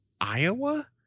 Iowa